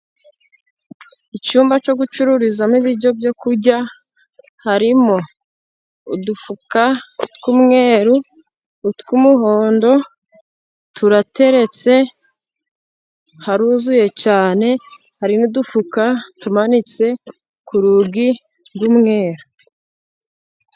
Icyumba cyo gucururizamo ibiryo byo kurya, harimo udufuka tw'umweru, utw'umuhondo turateretse, haruzuye cyane, hari n'udufuka tumanitse ku rugi rw'umweru.